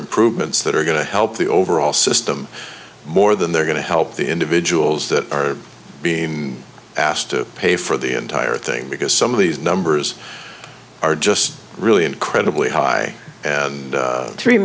improvements that are going to help the overall system more than they're going to help the individuals that are being asked to pay for the entire thing because some of these numbers are just really incredibly high and three